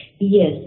Yes